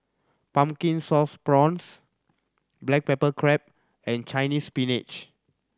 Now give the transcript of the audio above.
Pumpkin Sauce Prawns black pepper crab and Chinese Spinach